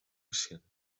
geschillen